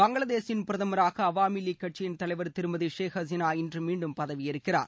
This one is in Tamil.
பங்களாதேஷின் பிரதமராக அவாமி லீக் கட்சியின் தலைவர் திருமதி ஷேக் ஹசினா இன்று மீண்டும் பதவியேற்கிறார்